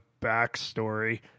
backstory